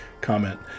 comment